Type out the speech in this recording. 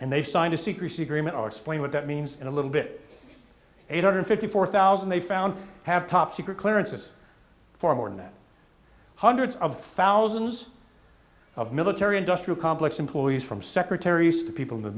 and they signed a secrecy agreement or explain what that means in a little bit eight hundred fifty four thousand they found have top secret clearances for more than that hundreds of thousands of military industrial complex employees from secretaries to people in the